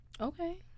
Okay